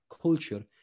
culture